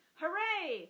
Hooray